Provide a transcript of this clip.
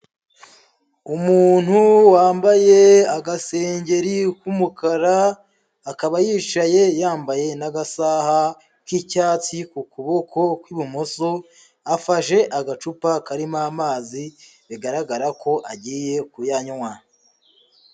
Umuntu wambaye agasengeri k'umukara akaba yicaye yambaye n'agasaha k'icyatsi ku kuboko kw'ibumoso, afashe agacupa karimo amazi bigaragara ko agiye kuyanywa.